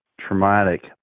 traumatic